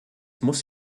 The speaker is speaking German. muss